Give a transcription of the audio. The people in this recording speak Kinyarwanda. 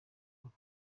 ngo